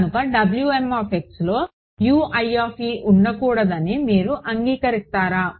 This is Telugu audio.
కనుక లో ఉండకూడదని మీరు అంగీకరిస్తారా